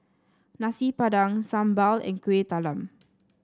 Nasi Padang sambal and Kuih Talam